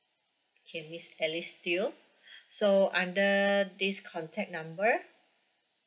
okay miss alice teo so under this contact number